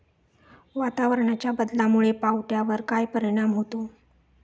वातावरणाच्या बदलामुळे पावट्यावर काय परिणाम होतो?